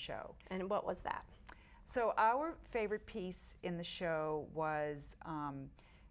show and what was that so our favorite piece in the show was